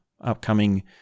upcoming